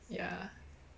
ya